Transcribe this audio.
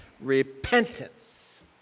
Repentance